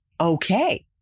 Okay